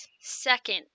second